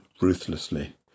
ruthlessly